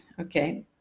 okay